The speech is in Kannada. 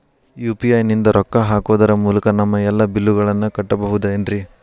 ಯು.ಪಿ.ಐ ನಿಂದ ರೊಕ್ಕ ಹಾಕೋದರ ಮೂಲಕ ನಮ್ಮ ಎಲ್ಲ ಬಿಲ್ಲುಗಳನ್ನ ಕಟ್ಟಬಹುದೇನ್ರಿ?